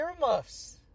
earmuffs